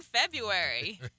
February